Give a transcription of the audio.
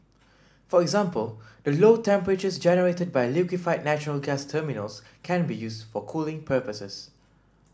for example the low temperatures generated by liquefied natural gas terminals can be used for cooling purposes